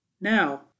Now